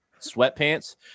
sweatpants